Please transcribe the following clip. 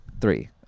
Three